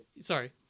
sorry